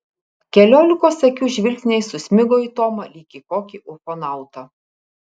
keliolikos akių žvilgsniai susmigo į tomą lyg į kokį ufonautą